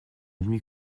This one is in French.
nuit